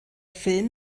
film